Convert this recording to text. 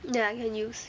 ya can use